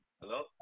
Hello